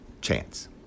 chance